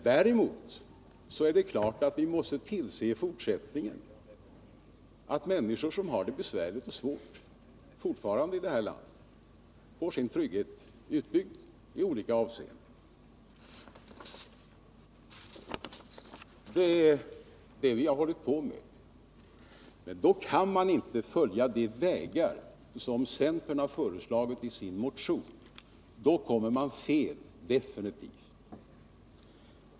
Däremot är det klart att vi i fortsättningen måste se till att människor i det här landet som fortfarande har det besvärligt och svårt får sin trygghet utbyggd i olika avseenden. Det är det vi hållit på med. Men då kan man inte följa de vägar som centern föreslagit i sin motion. Då kommer man fel — definitivt.